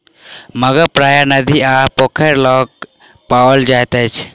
मगर प्रायः नदी आ पोखैर लग पाओल जाइत अछि